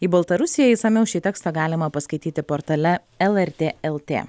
į baltarusiją išsamiau šį tekstą galima paskaityti portale lrt lt